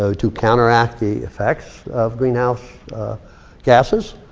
ah to counteract the effects of greenhouse gases.